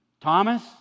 Thomas